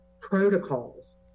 protocols